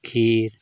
खीर